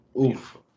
Oof